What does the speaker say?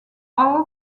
all